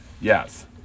Yes